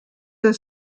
der